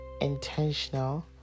intentional